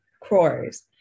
crores